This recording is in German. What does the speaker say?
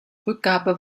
rückgabe